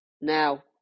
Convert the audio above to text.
Now